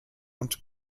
und